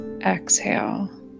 exhale